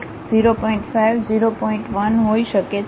1 હોઈ શકે છે